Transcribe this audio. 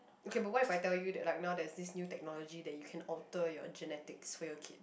okay but what if I tell that like now there's new technology that you can alter your genetics for your kid